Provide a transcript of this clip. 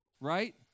right